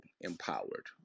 empowered